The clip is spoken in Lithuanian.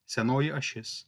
senoji ašis